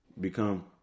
become